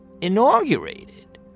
inaugurated